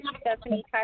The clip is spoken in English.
Stephanie